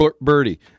birdie